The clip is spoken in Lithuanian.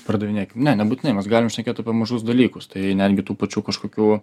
pardavinėkim ne nebūtinai mes galim šnekėt apie mažus dalykus tai netgi tų pačių kažkokių